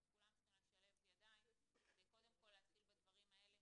כולם צריכים לשלב ידיים כדי קודם כל להתחיל בדברים האלה